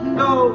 no